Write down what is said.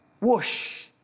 Whoosh